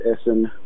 Essen